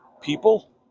people